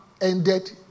ended